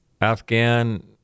Afghan